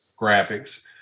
graphics